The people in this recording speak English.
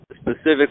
specifically